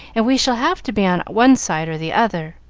and we shall have to be on one side or the other,